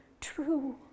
true